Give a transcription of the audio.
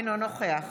אינו נוכח